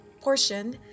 portion